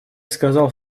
сказал